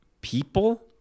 people